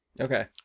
Okay